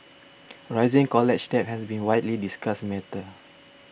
rising college debt has been widely discussed matter